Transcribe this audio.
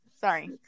Sorry